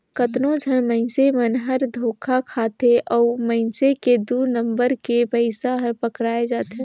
कतनो झन मइनसे मन हर धोखा खाथे अउ मइनसे के दु नंबर के पइसा हर पकड़ाए जाथे